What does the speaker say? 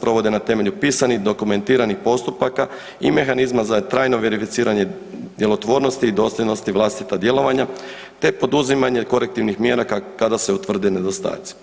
provode na temelju pisanih dokumentiranih postupaka i mehanizma za trajno verificiranje djelotvornosti i dosljednosti vlastita djelovanja te poduzimanje korektivnih mjera kada se utvrde nedostaci.